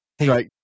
Right